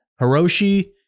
Hiroshi